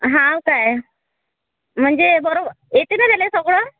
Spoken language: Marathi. हाव काय म्हणजे बरो येते न त्याला सगळं